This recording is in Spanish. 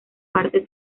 parte